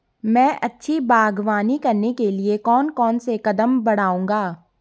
मैं अच्छी बागवानी करने के लिए कौन कौन से कदम बढ़ाऊंगा?